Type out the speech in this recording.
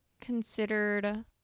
considered